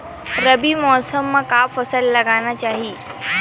रबी मौसम म का फसल लगाना चहिए?